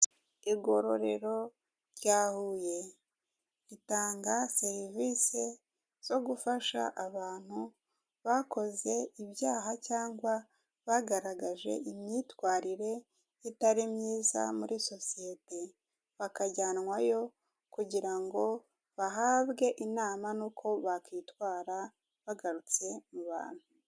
Igororero rya Huye ritanga serivisi zo gufasha abantu bakoze ibyaha cyangwa bagaragaje imyitwarire itari myiza muri sosiyete, bakajyanwayo kugira ngo bahabwe inama n'uko uko bakwitwara bagarutse mu bantu.